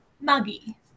Muggy